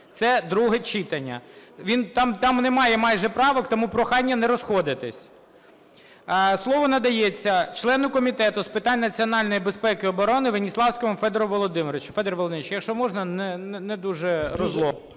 Це друге читання. Він… Там немає майже правок, тому прохання не розходитись. Слово надається члену Комітету з питань національної безпеки і оборони Веніславському Федору Володимировичу. Федір Володимирович, якщо можна, не дуже…